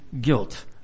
guilt